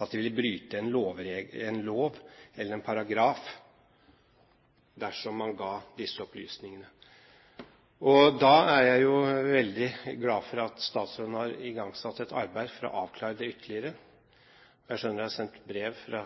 at de ville bryte en lov eller en paragraf dersom de ga disse opplysningene. Da er jeg jo veldig glad for at statsråden har igangsatt et arbeid for å avklare det ytterligere. Jeg skjønner det er sendt brev fra